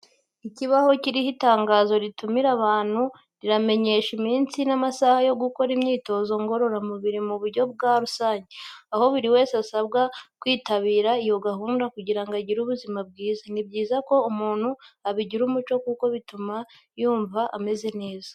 Ikibaho kiriho itangazo ritumira abantu ribamenyesha iminsi n'amasaha yo gukora imyitozo ngororamubiri mu buryo bwa rusange, aho buri wese asabwa kwitabira iyo gahunda kugira ngo agire ubuzima bwiza, ni byiza ko umuntu abigira umuco kuko bituma yumva ameze neza.